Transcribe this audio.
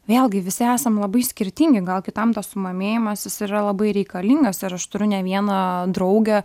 vėlgi visi esam labai skirtingi gal kitam tas sumamėjimas jis yra labai reikalingas ir aš turiu ne vieną draugę